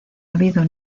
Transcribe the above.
habido